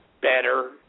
better